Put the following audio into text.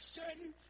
certain